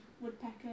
woodpecker